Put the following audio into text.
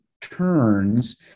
turns